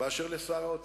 בעניין שר האוצר,